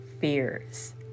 fears